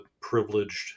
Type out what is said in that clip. privileged